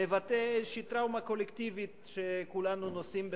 מבטא איזו טראומה קולקטיבית שכולנו נושאים בתוכנו.